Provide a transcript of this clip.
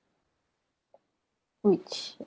which